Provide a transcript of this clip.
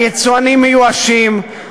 היצואנים מיואשים,